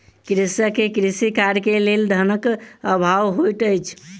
कृषक के कृषि कार्य के लेल धनक अभाव होइत अछि